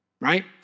right